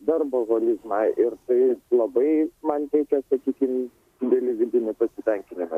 darboholizmą ir tai labai man teikia sakykim didelį vidinį pasitenkinimą